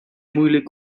moeilijk